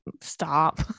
stop